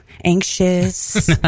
anxious